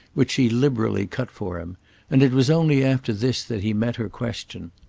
which she liberally cut for him and it was only after this that he met her question.